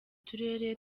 turere